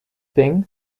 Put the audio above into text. bing